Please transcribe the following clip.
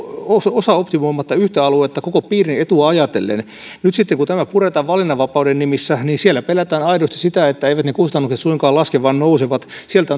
osaoptimoimatta yhtä aluetta koko piirin etua ajatellen nyt sitten kun tämä puretaan valinnanvapauden nimissä siellä pelätään aidosti sitä että eivät ne kustannukset suinkaan laske vaan nousevat sieltä